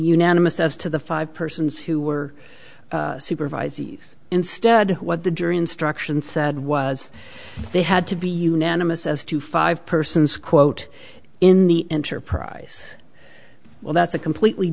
unanimous as to the five persons who were supervised instead what the jury instruction said was they had to be unanimous as to five persons quote in the enterprise well that's a completely